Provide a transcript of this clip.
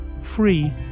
free